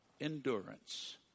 endurance